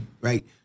right